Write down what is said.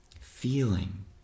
feeling